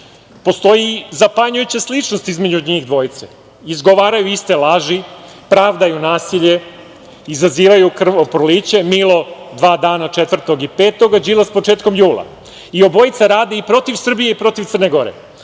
Postoji zapanjujuća sličnost između njih dvojice – izgovaraju iste laži, pravdaju nasilje, izazivaju krvoproliće, Milo dva dana četvrtog i petog, a Đilas početkom jula. Obojica rade i protiv Srbije i protiv Crne Gore,